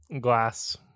Glass